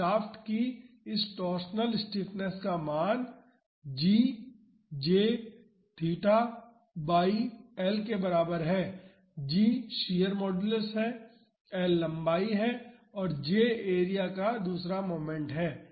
तो शाफ्ट की इस टॉरशनल स्टिफनेस का मान GJθ बाई L के बराबर है G शियर मॉडुलुस है और L लंबाई है और J एरिया का दूसरा मोमेंट है